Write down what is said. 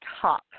top